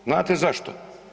Znate zašto?